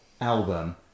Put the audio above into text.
album